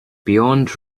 beyond